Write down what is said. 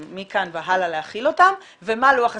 מכאן והלאה להחיל אותם ומה לוח הזמנים,